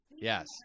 yes